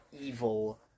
evil